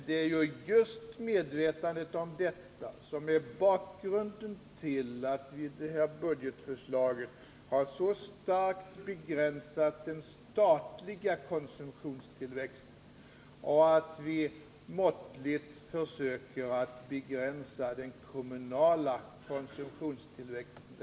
Det är just medvetenheten om detta som är bakgrunden till att vi i det här budgetförslaget har så starkt begränsat den statliga konsumtionstillväxten och att vi måttligt försökt att begränsa den kommunala konsumtionstillväxten.